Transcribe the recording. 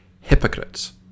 hypocrites